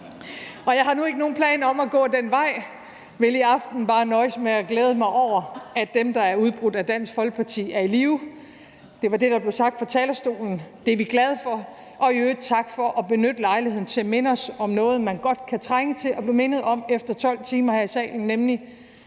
Jeg har nu ikke nogen plan om at gå den vej, men vil i aften bare nøjes med at glæde mig over, at dem, der er udbrudt af Dansk Folkeparti, er i live. Det var det, der blev sagt fra talerstolen, det er vi glade for, og i øvrigt tak for at benytte lejligheden til at minde os om noget, man godt kan trænge til at blive mindet om efter 12 timer her i salen,